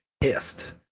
pissed